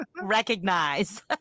recognize